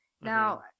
Now